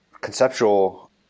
conceptual